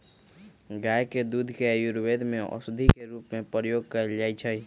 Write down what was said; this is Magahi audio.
गाय के दूध के आयुर्वेद में औषधि के रूप में प्रयोग कएल जाइ छइ